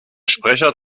sprecher